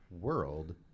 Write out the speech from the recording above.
world